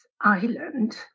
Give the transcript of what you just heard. Island